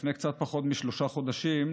לפני קצת פחות משלושה חודשים,